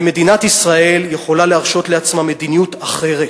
ומדינת ישראל יכולה להרשות לעצמה מדיניות אחרת.